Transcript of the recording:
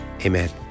amen